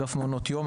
אגף מעונות יום.